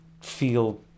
feel